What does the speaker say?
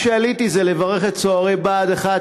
עליתי כדי לברך את צוערי בה"ד 1,